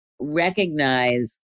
recognize